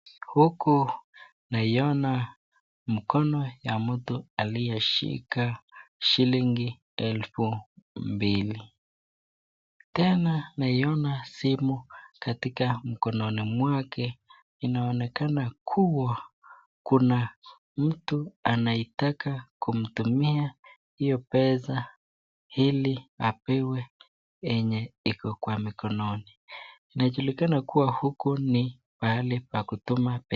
Huku naiona mkono ya mtu aliyeshika shilingi elfu mbili tena naiona simu mkononi mwake. Inaonekana kuwa kuna mtu anataka kumtumia hiyo pesa ili apewe yenye iko kwa mkononi, inajulikana huku ni mahali pa kutuma pesa.